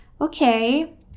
okay